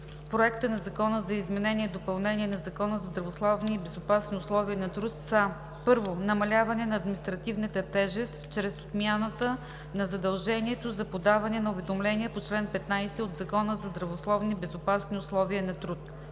проекта на Закона за изменение и допълнение на Закона за здравословни и безопасни условия на труд са: 1. Намаляване на административната тежест чрез отмяната на задължението за подаване на уведомлението по чл. 15 от Закона за здравословни и безопасни условия на труд.